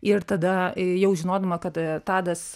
ir tada jau žinodama kad tadas